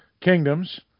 Kingdoms